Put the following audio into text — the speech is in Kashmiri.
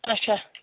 اچھا